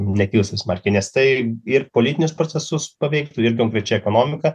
nekils taip smarkiai nes tai ir politinius procesus paveiktų ir konkrečiai ekonomiką